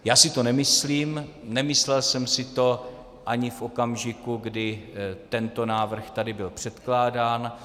Já si to nemyslím, nemyslel jsem si to ani v okamžiku, kdy tento návrh tady byl předkládán.